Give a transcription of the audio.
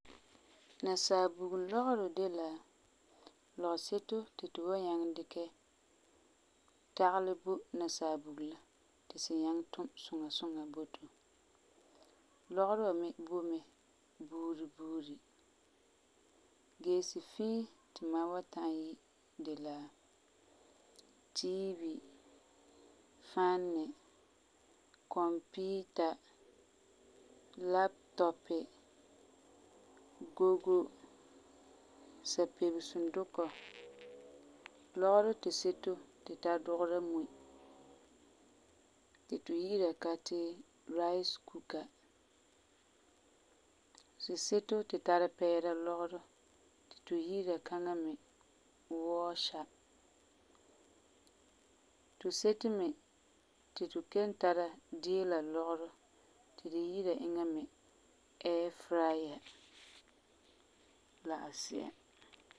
Nasaa bugum lɔgerɔ de la lɔgeseto ti tu wan nyaŋɛ dikɛ tagelɛ bo nasaa bugum la ti si nyaŋɛ tum suŋa suŋa bo tu. Lɔgerɔ wa me boi mɛ buuri buuri gee ti si fii mam wan ta'am yi de la: Tiibi, faani, kɔmpiita, latɔpi, gogo, sapebesum dukɔ, lɔgerɔ tuseto ti tu tara dugera mui ti tu yi'ira ka ti raasi kuuka, si seto ti tu tara pɛɛra lɔgerɔ ti tu wi'ira kaŋa me wɔɔsa, tuseto me ti tu kelum tara diila lɔgerɔ, ti ri wi'ira eŋa me ɛɛ' firaya, la asi'a.